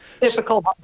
Difficult